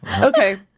Okay